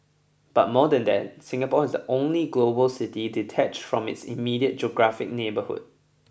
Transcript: but more than that Singapore is the only global city detached from its immediate geographic neighbourhood